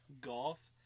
golf